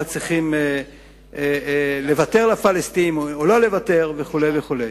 מה צריך לוותר לפלסטינים או לא לוותר וכו' וכו',